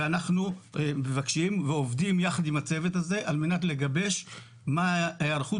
ואנחנו מבקשים ועובדים יחד עם הצוות הזה על מנת לגבש את ההיערכות